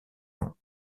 ans